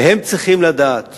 והם צריכים לדעת